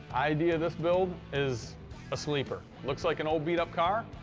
idea of this build is a sleeper. looks like an old, beat-up car,